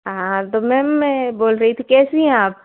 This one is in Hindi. तो मैम मैं बोल रही थी कैसी हैं आप